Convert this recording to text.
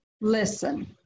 listen